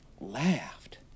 laughed